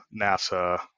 NASA